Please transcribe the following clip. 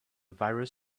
virus